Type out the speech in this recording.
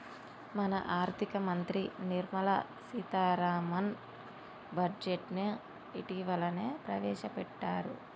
మన ఆర్థిక మంత్రి నిర్మల సీతారామన్ బడ్జెట్ను ఇటీవలనే ప్రవేశపెట్టారు